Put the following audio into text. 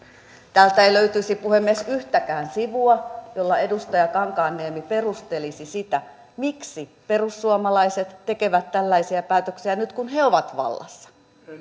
täältä ei löytyisi puhemies yhtäkään sivua jolla edustaja kankaanniemi perustelisi sitä miksi perussuomalaiset tekevät tällaisia päätöksiä nyt kun he ovat vallassa